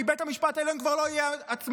כי בית המשפט העליון כבר לא יהיה עצמאי.